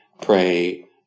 pray